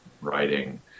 writing